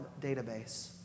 database